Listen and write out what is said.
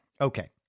Okay